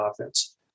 offense